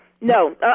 No